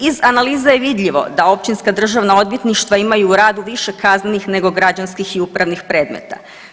Iz analiza je vidljivo da općinska državna odvjetništva imaju u radu više kaznenih nego građanskih i upravnih predmeta.